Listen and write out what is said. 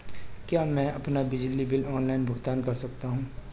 क्या मैं अपना बिजली बिल ऑनलाइन भुगतान कर सकता हूँ?